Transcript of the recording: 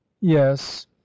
yes